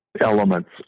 elements